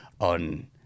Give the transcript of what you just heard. on